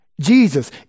Jesus